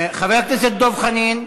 חבר הכנסת דב חנין.